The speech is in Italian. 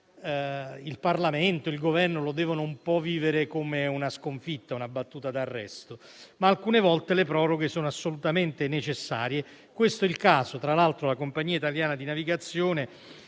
il Parlamento e il Governo la debbano vivere un po' come una sconfitta, come una battuta d'arresto, ma a volte le proroghe sono assolutamente necessarie e questo è il caso. Tra l'altro, la Compagnia italiana di navigazione,